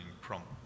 prompt